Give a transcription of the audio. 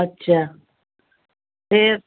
ਅੱਛਾ ਫਿਰ